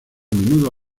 menudo